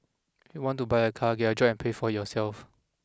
if you want to buy a car get a job and pay for it yourself